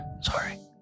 Sorry